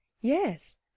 Yes